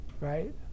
right